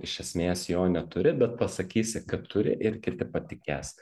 iš esmės jo neturi bet pasakysi kad turi ir kiti patikės